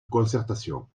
concertation